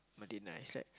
Madinah